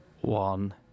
one